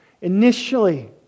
initially